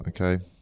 okay